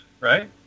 right